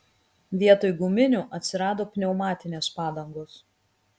vietoj guminių atsirado pneumatinės padangos